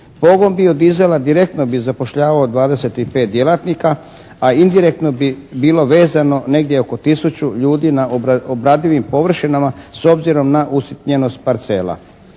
Pogon bio-diesela direktno bi zapošljavao dvadeset i pet djelatnika a indirektno bi bilo vezano negdje oko tisuću ljudi na obradivim površinama s obzirom na usitnjenost parcela.